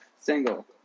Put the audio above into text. single